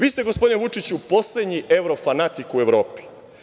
Vi ste gospodine Vučiću, poslednje evrofanatik u Evropi.